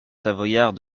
savoyard